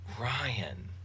Ryan